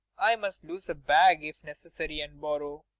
i must lose a bag, if necessary, and borrow.